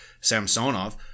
Samsonov